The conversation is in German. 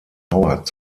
howard